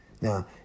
Now